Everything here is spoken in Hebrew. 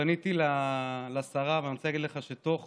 פניתי לשרה, ואני רוצה להגיד לך שתוך